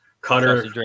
Cutter